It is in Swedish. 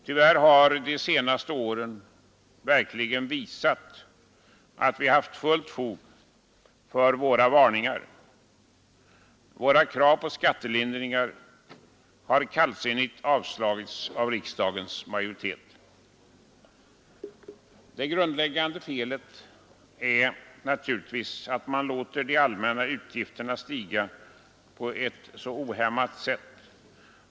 Tyvärr har de senaste åren verkligen visat att vi haft fullt fog för våra varningar. Våra krav på skattelindringar har kallsinnigt avslagits av riksdagens majoritet. Det grundläggande felet är naturligtvis att man låter de allmänna utgifterna stiga på ett så ohämmat sätt.